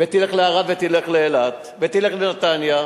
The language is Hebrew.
ותלך לערד ותלך לאילת ותלך לנתניה.